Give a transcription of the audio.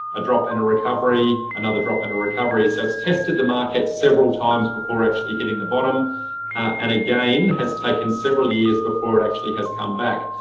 a drop and a recovery, another drop and a recovery. so it's tested the market several times before actually hitting the bottom and again has taken several years before it actually has come back.